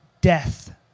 death